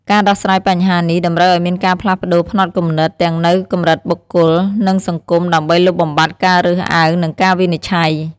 ការដោះស្រាយបញ្ហានេះតម្រូវឱ្យមានការផ្លាស់ប្តូរផ្នត់គំនិតទាំងនៅកម្រិតបុគ្គល និងសង្គមដើម្បីលុបបំបាត់ការរើសអើងនិងការវិនិច្ឆ័យ។